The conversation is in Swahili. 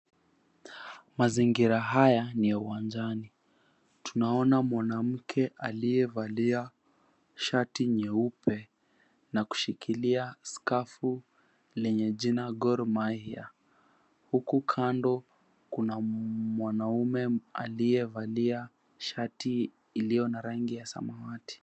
Mazingira haya ni ya uwanjani. Tunaona mwanamke aliyevalia shati nyeupe na kushikilia skafu lenye jina Gor Mahia. Huku kando kuna mwanaume aliyevalia shati iliyo na rangi ya samawati.